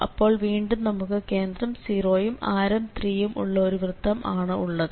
അപ്പോൾ വീണ്ടും നമുക്ക് കേന്ദ്രം 0 വും ആരം 3 ഉം ഉള്ള ഒരു വൃത്തം ആണ് ഉള്ളത്